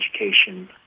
education